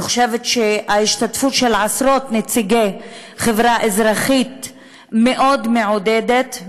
אני חושבת שההשתתפות של עשרות נציגי חברה אזרחית מאוד מעודדת,